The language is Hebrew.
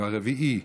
כבר רביעי,